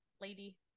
lady